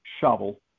shovel